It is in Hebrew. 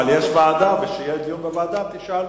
יש ועדה, וכשיהיה דיון בוועדה תשאל.